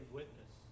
witness